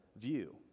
view